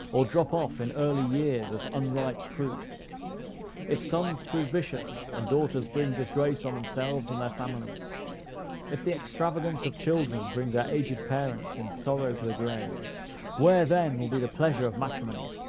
or drop off in early years as unripe fruit if sons prove vicious, and daughters bring disgrace on themselves and their families if the extravagance of children bring their aged parents in sorrow to the grave where, then, will be the pleasure of matrimony?